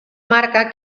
marca